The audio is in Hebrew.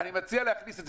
אבל אני מציע להכניס את זה.